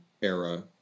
era